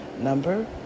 number